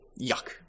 yuck